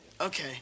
okay